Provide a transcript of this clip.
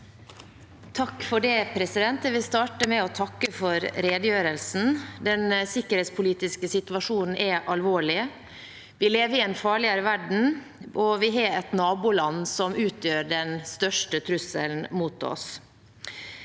(FrP) Jeg vil starte med å takke for redegjørelsen. Den sikkerhetspolitiske situasjonen er alvorlig. Vi lever i en farligere verden, og vi har et naboland som utgjør den største trusselen mot oss.